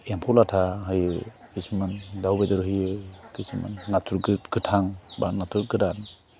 एम्फौ लाथा होयो किसुमान दाउ बेदर होयो किसुमान नाथुर गोथां बा नाथुर गोरान